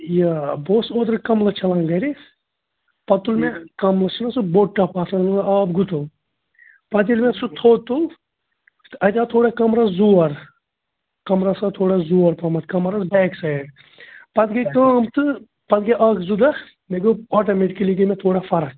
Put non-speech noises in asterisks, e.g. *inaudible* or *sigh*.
یہِ بہٕ اوسُس اوترٕ کَملہٕ چھَلان گرِ پتہٕ تُل مےٚ کَملہٕ چھِنا سُہ بوٚڑ ٹَپ آسان *unintelligible* آب گُتُل پتہٕ ییٚلہِ مےٚ سُہ تھوٚد تُل تہٕ آو تھوڑا کَمرَس زور کَمرَس آو تھوڑا زور پَہمتھ کَمَر حظ بیک سایِڈ پتہٕ گٔے کٲم تہٕ پتہٕ گٔے اَکھ زٕ دۄہ مےٚ گوٚو آٹومیٹِکٔلی گٔے مےٚ تھوڑا فرق